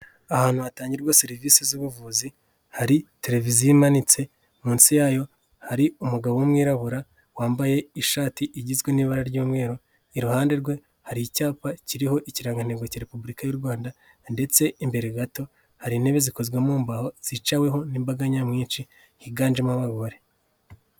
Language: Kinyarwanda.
Ahantu hatangirwa serivisi z'ubuvuzi hari televiziyo imanitse munsi yayo hari umugabo w'umwirabura wambaye ishati igizwe n'ibara ry'umweru, iruhande rwe hari icyapa kiriho ikirangantego cya Repubulika y'u Rwanda ndetse imbere gato hari intebe zikozwe mu mbaho zicaweho n'imbaga nyamwinshi higanjemo abagore.